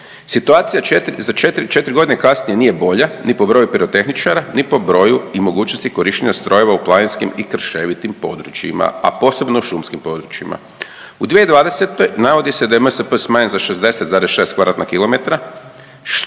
Situacija četiri godine kasnije nije bolja ni po broju pirotehničara, ni po broju i mogućnosti korištenja strojeva u planinskim i krševitim područjima, a posebno šumskim područjima. U 2020. navodi se da je MSP smanjen za 60,6 kvadratna kilometra